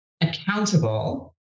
Accountable